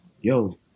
yo